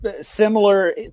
Similar